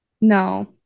No